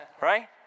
Right